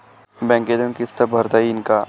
बँकेतून किस्त भरता येईन का?